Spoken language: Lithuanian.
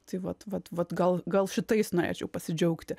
tai vat vat vat gal gal šitais norėčiau pasidžiaugti